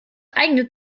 eignet